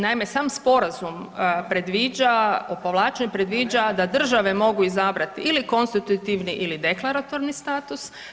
Naime, sam sporazum predviđa, o povlačenju, predviđa da države mogu izabrati ili konstitutivni ili deklaratorni status.